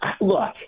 Look